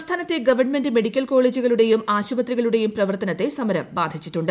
സംസ്ഥാനത്തെ government medical കോളെജുകളുടേയും ആശുപത്രികളുടേയും പ്രവർത്തനത്തെ സമരം ബാധിച്ചിട്ടുണ്ട്